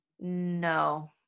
no